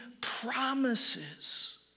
promises